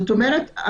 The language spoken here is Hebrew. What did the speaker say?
זאת אומרת,